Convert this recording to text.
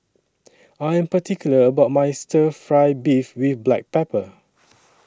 I Am particular about My Stir Fry Beef with Black Pepper